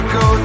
go